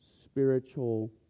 spiritual